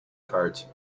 cards